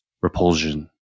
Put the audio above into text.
Repulsion